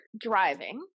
driving